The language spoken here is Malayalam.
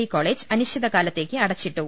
ഡി കോളേജ് അനിശ്ചിത കാലത്തേക്ക് അടച്ചിട്ടു